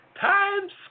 Times